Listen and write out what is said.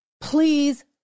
Please